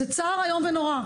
זה צער איום ונורא,